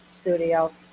studio